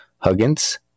Huggins